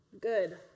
good